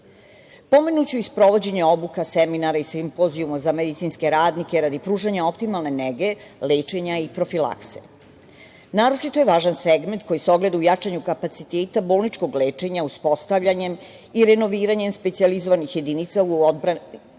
i sprovođenje obuka, seminara i simpozijuma za medicinske radnike radi pružanja optimalne nege, lečenja i profilakse. Naročito je važan segment koji se ogleda u jačanju kapaciteta bolničkog lečenja uspostavljanjem i renoviranjem specijalizovanih jedinica u odabranim